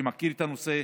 שמכיר את הנושא,